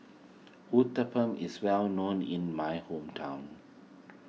Uthapam is well known in my hometown